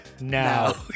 now